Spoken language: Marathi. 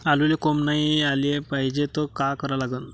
आलूले कोंब नाई याले पायजे त का करा लागन?